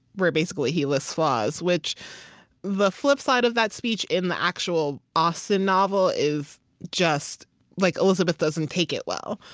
where basically, he lists flaws, which the flipside of that speech, in the actual austen novel, is just like elizabeth doesn't take it well.